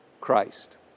Christ